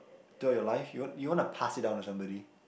throughout your life you want you want to pass it down to somebody